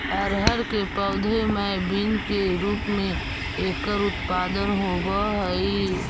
अरहर के पौधे मैं बीन के रूप में एकर उत्पादन होवअ हई